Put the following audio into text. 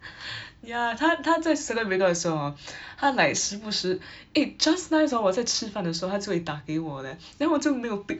ya 她她最 celebrated 的时候 hor 她 like 时不时 eh just nice hor 我在吃饭的时候她就会打给我 leh then 我就没有 pick